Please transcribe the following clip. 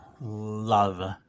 love